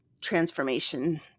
transformation